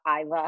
Iva